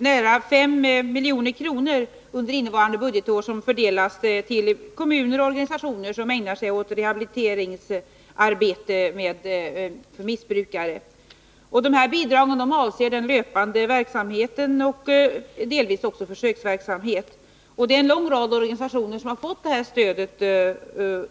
Herr talman! Socialstyrelsen disponerar under innevarande budgetår totalt nära 5 milj.kr. som fördelas till kommuner och organisationer som ägnar sig åt rehabiliteringsarbete med missbrukare. Detta bidrag avser den löpande verksamheten och delvis också försöksverksamhet. En lång rad organisationer har